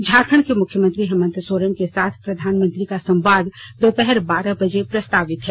झारखंड के मुख्यमंत्री हेमंत सोरेन के साथ प्रधानमंत्री का संवाद दोपहर बारह बजे प्रस्तावित है